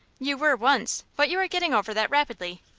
you were once, but you are getting over that rapidly.